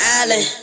island